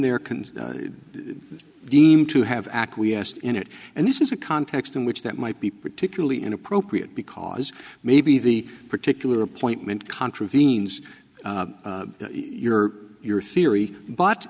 there can deemed to have acquiesced in it and this is a context in which that might be particularly inappropriate because maybe the particular appointment contravenes your your theory but